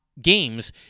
games